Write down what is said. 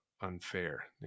unfair